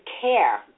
care